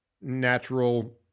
natural